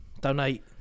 Donate